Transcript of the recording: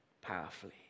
powerfully